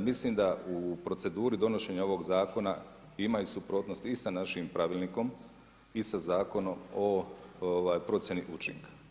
mislim da u proceduri donošenje ovog zakona, ima i suprotnosti i sa našim pravilnikom i sa Zakonom o procjeni učinaka.